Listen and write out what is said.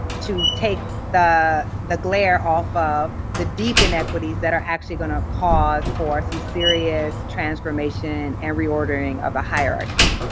to take the the glare off of the deep inequities that are actually gonna cause for some serious transformation and reordering of a hierarchy?